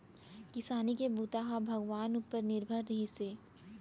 किसानी के बूता ह भगवान उपर निरभर रिहिस हे